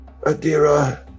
Adira